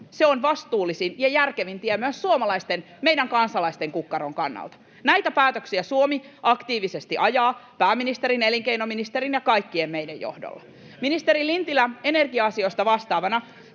Se on vastuullisin ja järkevin tie myös suomalaisten, meidän kansalaistemme, kukkaron kannalta. Näitä päätöksiä Suomi aktiivisesti ajaa pääministerin, elinkeinoministerin ja kaikkien meidän johdolla. Ministeri Lintilä energia-asioista vastaavana